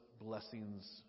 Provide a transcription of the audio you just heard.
blessings